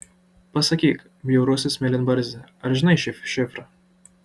pasakyk bjaurusis mėlynbarzdi ar žinai šį šifrą